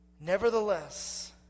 Nevertheless